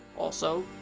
also.